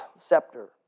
scepter